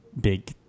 big